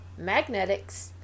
magnetics